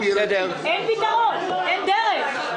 אין פתרון, אין דרך.